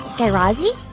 guy razzie,